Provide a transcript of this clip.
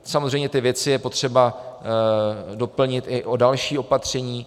Samozřejmě ty věci je potřeba doplnit i o další opatření.